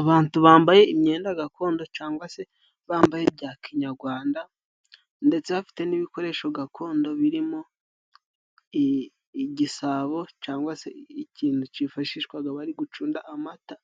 Abantu bambaye imyenda gakondo cangwa se bambaye bya kinyarwanda ndetse bafite n'ibikoresho gakondo birimo igisabo cangwa se ikintu cyifashishwaga bari gucunda amata